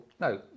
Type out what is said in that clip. No